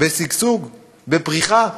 בשגשוג ובפריחה,